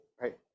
right